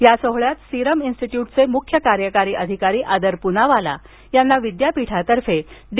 या सोहळ्यात सिरम इन्स्टिट्यूटचे मुख्य कार्यकारी अधिकारी आदर पूनावाला यांना विद्यापीठातर्फे डी